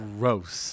Gross